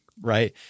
right